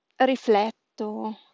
rifletto